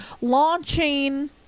launching